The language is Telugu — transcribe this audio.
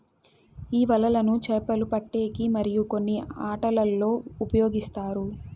ఈ వలలను చాపలు పట్టేకి మరియు కొన్ని ఆటలల్లో ఉపయోగిస్తారు